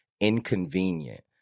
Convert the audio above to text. inconvenient